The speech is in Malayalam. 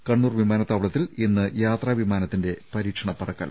കണ്ണൂർ വിമാനത്താവളത്തിൽ ഇന്ന് യാത്രാ വിമാന ത്തിന്റെ പരീക്ഷണ പറക്കൽ